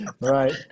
Right